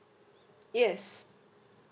yes